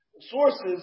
sources